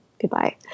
Goodbye